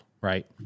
right